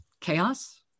Chaos